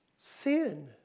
sin